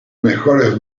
mejores